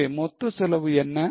எனவே மொத்த செலவு என்ன